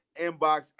inbox